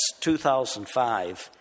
2005